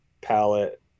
palette